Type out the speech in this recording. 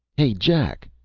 hey, jack,